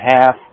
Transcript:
half